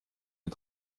den